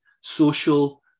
social